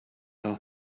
doch